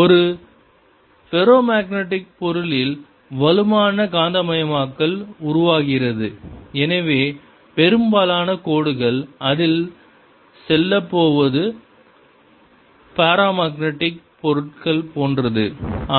ஒரு ஃபெரோமக்னடிக் பொருளில் வலுவான காந்தமயமாக்கல் உருவாகிறது எனவே பெரும்பாலான கோடுகள் அதில் செல்லப் போவது பரமக்நெடிக் பொருள் போன்றது